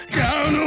down